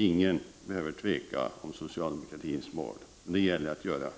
Ingen behöver tveka om socialdemokratins mål. Det gäller att göra